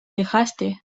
dejaste